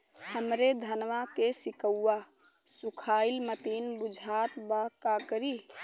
हमरे धनवा के सीक्कउआ सुखइला मतीन बुझात बा का करीं?